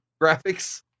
graphics